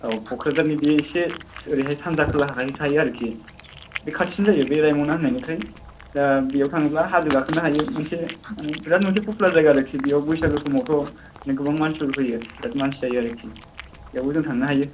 औ क'क्राझारनि बेयो एसे ओरैहाय सानजा खोलाहाय थायो आरो कि बे खाथिआवनो जायो बे रायमना होननायनिफ्राय दा बेयाव थाङोब्ला हाजो गाखोनो हायो मोनसे माने बिरात मोनसे पपुलार जायगा आरो कि बेयाव बैसागु समावथ' बिदिनो गोबां मानसिफोर फैयो बिरात मानसि जायो आरो कि बेयावबो जों थांनो हायो